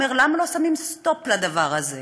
אומר: למה לא שמים סטופ לדבר הזה?